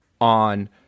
on